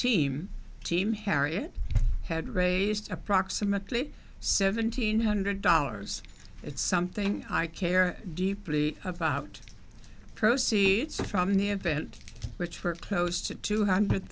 team team harriet had raised approximately seventeen hundred dollars it's something i care deeply about the proceeds from the event which for close to two hundred